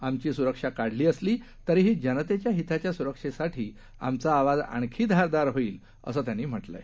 आमची स्रक्षा काढली असली तरीही जनतेच्या हिताच्या स्रक्षेसाठी आमचा आवाज आणखी धारदार होईलअसं त्यांनी म्ह लंय